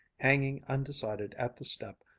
hanging undecided at the step,